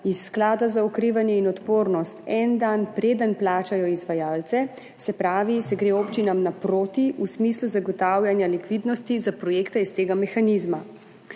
iz Sklada za okrevanje in odpornost en dan prej, preden plačajo izvajalce, se pravi, občinam se gre naproti v smislu zagotavljanja likvidnosti za projekte iz tega mehanizma.